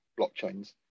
blockchains